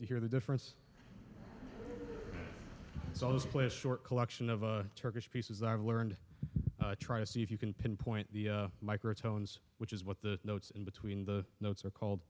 to hear the difference so i was placed short collection of a turkish pieces i've learned try to see if you can pinpoint the microtones which is what the notes in between the notes are called